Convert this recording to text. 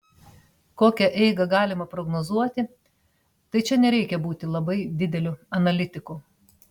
kokią eigą galima prognozuoti tai čia nereikia būti labai dideliu analitiku